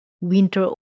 winter